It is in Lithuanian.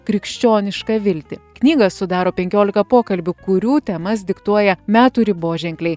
krikščionišką viltį knygą sudaro penkiolika pokalbių kurių temas diktuoja metų riboženkliai